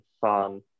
fun